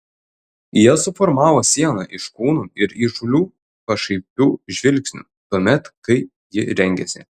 jie suformavo sieną iš kūnų ir įžūlių pašaipių žvilgsnių tuomet kai ji rengėsi